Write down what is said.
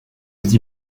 aux